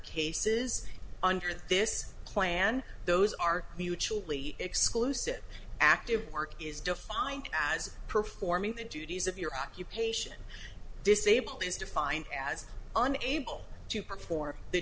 this plan those are mutually exclusive active work is defined as performing the duties of your occupation disabled is defined as unable to perform the